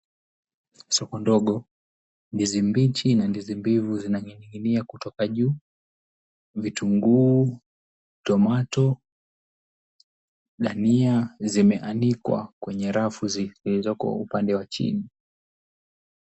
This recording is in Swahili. Soko ndogo ndizi mbichi na ndizi mbivu zinaning'inia kutoka juu, vitunguu, tomato , dania zimeanikwa kwenye rafu zilizoko upande wa chini.